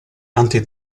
anti